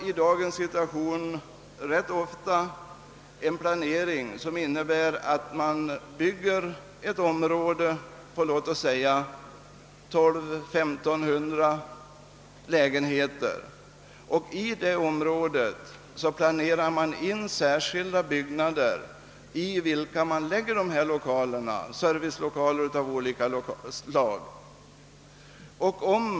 I dagens situation görs rätt ofta en planering som innebär, att ett område bebygges för låt oss säga mellan 1200 och 1500 lägenheter och att det uppföres särskilda byggnader i området i vilka servicelokaler av olika slag läggs in.